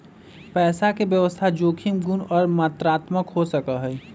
पैसा के व्यवस्था जोखिम गुण और मात्रात्मक हो सका हई